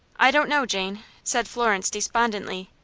i don't know, jane, said florence, despondently.